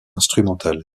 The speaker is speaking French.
instrumentale